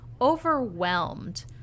overwhelmed